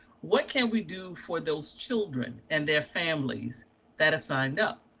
what can we do for those children and their families that have signed up?